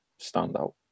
standout